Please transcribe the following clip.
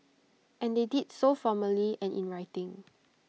and they did so formally and in writing